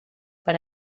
per